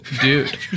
dude